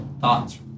thoughts